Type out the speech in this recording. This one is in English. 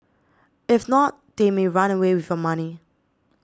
if not they may run away with money